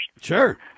Sure